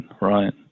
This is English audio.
right